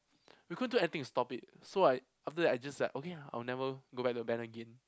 we couldn't do anything to stop it so I after that I just like okay lah I'll never go back to band again